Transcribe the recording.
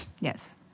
Yes